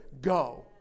go